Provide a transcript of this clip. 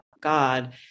God